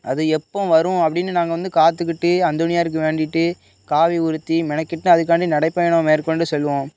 அது எப்போது வரும் அப்படின்னு நாங்கள் வந்து காத்துக்கிட்டே அந்தோணியர்க்கு வேண்டிகிட்டே காவி உடுத்தி மெனக்கிட்டு அதுக்காண்டி நடைபயணம் மேற்கொண்டு செல்லுவோம்